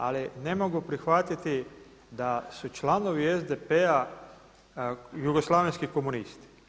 Ali ne mogu prihvatiti da su članovi SDP-a jugoslavenski komunisti.